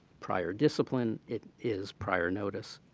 prior discipline, it is prior notice.